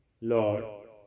Lord